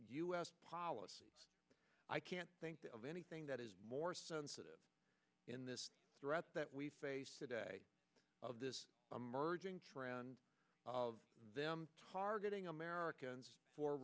us policy i can't think of anything that is more sensitive in this threat that we face today of this emerging trend of them targeting americans for